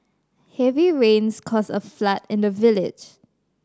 heavy rains caused a flood in the village